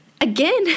again